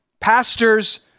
Pastors